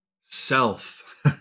self